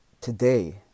today